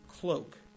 cloak